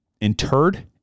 interred